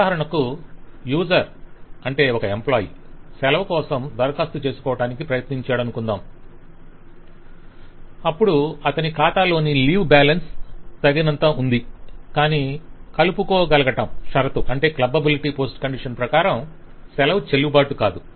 ఉదాహరణకు యూసర్ అంటే ఒక ఎంప్లాయి సెలవు కోసం దరఖాస్తు చేసుకోవడానికి ప్రయత్నించాడనుకొందాం అప్పుడు అతని ఖాతాలోని లీవ్ బ్యాలెన్స్ తగినంత ఉంది కాని కలుపొగలగటం షరతు ప్రకారం సెలవు చెల్లుబాటు కాదు